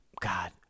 God